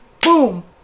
boom